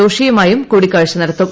ജോഷിയുമായും കൂടിക്കാഴ്ച നടത്തും